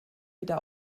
wieder